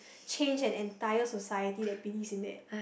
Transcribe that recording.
change an entire society that believes in that